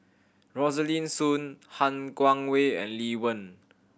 Rosaline Soon Han Guangwei and Lee Wen